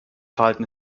verhalten